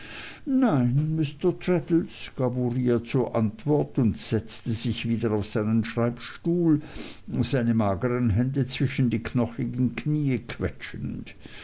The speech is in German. nein mr traddles gab uriah heep zur antwort und setzte sich wieder auf seinen schreibstuhl seine magern hände zwischen den knochigen knieen